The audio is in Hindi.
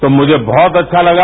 तो मुझे बहुत अच्छा लगा